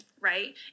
right